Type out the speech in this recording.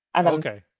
Okay